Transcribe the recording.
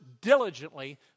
diligently